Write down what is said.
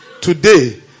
Today